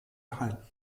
erhalten